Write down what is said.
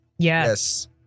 Yes